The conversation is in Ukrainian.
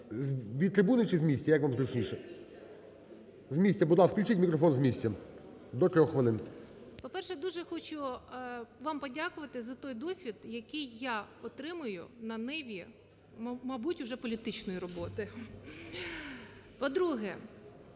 Від трибуни чи з місця, як вам зручніше? З місця. Будь ласка, включіть мікрофон з місця до трьох хвилин. 13:56:56 КОРЧАК Н.М. По-перше, я дуже хочу вам подякувати за той досвід, який я отримую на ниві, мабуть, вже політичної роботи. По-друге,